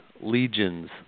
legions